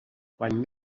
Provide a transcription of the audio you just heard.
quan